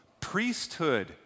priesthood